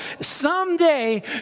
someday